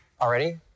already